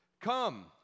Come